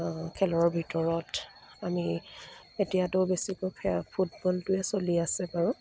খেলৰ ভিতৰত আমি এতিয়াতো বেছিকৈ ফুটবলটোৱে চলি আছে বাৰু